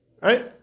Right